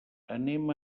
anem